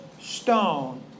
stone